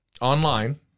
online